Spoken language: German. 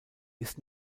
ist